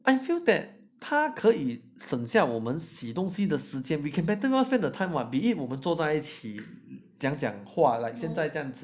I feel that 它可以省下我们洗东西的时间 we can better more spend the time will be it 我们住在一起讲讲话 like 现在这样子